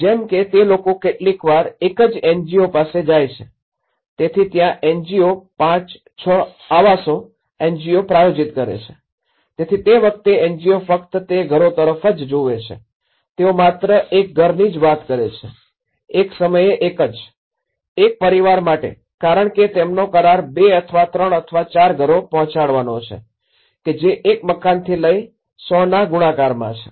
જેમ કે તે લોકો કેટલીક વાર એક જ એનજીઓને પાસે જાય છે તેથી ત્યાં એનજીઓ ૫ ૬ આવાસો એનજીઓ પ્રાયોજીત કરે છે તેથી તે વખતે તે એનજીઓ ફક્ત તે ઘરો તરફ જ જોવે છે તેઓ માત્ર એક ઘરની જ વાત કરે છે એક સમયે એક જ એક પરિવાર માટે કારણ કે તેમનો કરાર ૨ અથવા ૩ અથવા ૪ ઘરો પહોંચાડવાનો છે કે જે એક મકાનથી લઈને ૧૦૦ના ગુણાકારમાં છે